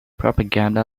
propaganda